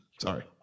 Sorry